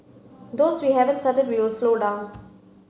those we haven't started we'll slow down